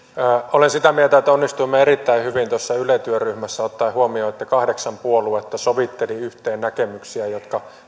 olen sitä mieltä että onnistuimme erittäin hyvin tuossa yle työryhmässä ottaen huomioon että kahdeksan puoluetta sovitteli yhteen näkemyksiä jotka